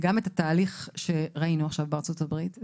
גם את התהליך שראינו עכשיו בארצות הברית.